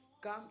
come